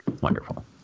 Wonderful